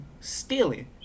stealing